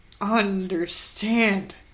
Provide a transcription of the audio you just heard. understand